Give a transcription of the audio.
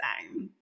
time